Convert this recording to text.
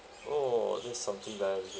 !whoa! there's something very good